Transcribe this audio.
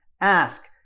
ask